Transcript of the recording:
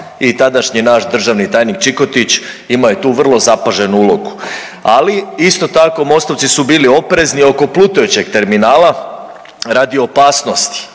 i tadašnji naš državni tajnik Čikotić imao je tu vrlo zapaženu ulogu. Ali isto tako MOST-ovci su bili oprezni oko plutajućeg terminala radi opasnosti